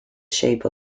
shape